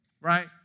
right